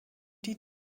die